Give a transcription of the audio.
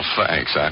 thanks